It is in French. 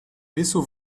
vaisseaux